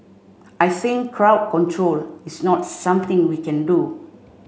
I think crowd control is not something we can do